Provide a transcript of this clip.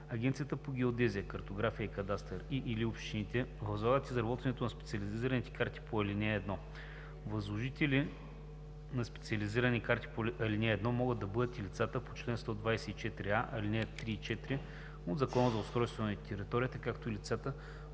Агенцията по геодезия, картография и кадастър и/или общините възлагат изработването на специализираните карти по ал. 1. Възложители на специализирани карти по ал. 1 могат да бъдат и лицата по чл. 124а, ал. 3 и 4 от Закона за устройство на територията, както и лицата по чл.